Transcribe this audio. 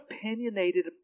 opinionated